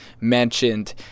mentioned